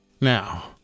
Now